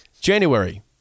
January